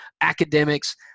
academics